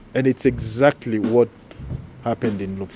and it's exactly what happened in